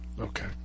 Okay